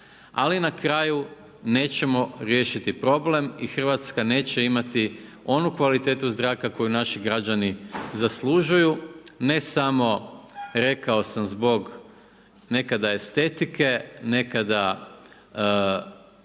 ali na kraju nećemo riješiti problem i Hrvatska neće imati onu kvalitetu zraku koju naši građani zaslužuju, ne samo, rekao sam zbog nekada estetike, nekada